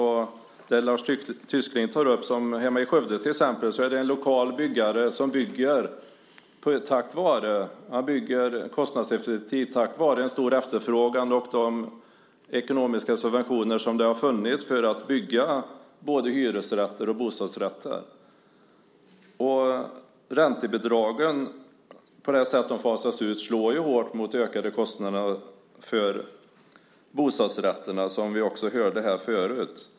Hemma i Skövde finns det till exempel en lokal byggare som bygger kostnadseffektivt tack vare en stor efterfrågan och de ekonomiska subventioner som har funnits för att bygga hyresrätter och bostadsrätter. Det sätt som räntebidragen fasas ut på slår hårt mot ökade kostnader för bostadsrätter, som vi hörde här förut.